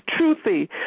truthy